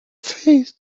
faith